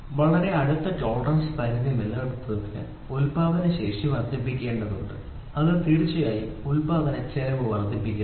വളരെ അടുത്ത ടോളറൻസ് പരിധി നിലനിർത്തുന്നതിന് ഉൽപ്പാദന ശേഷി വർദ്ധിപ്പിക്കേണ്ടതുണ്ട് അത് തീർച്ചയായും ഉൽപാദനച്ചെലവ് വർദ്ധിപ്പിക്കുന്നു